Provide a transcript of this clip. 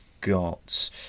got